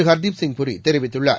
ஹர்தீப் சிங் பூரி தெரிவித்துள்ளார்